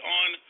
on